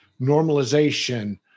normalization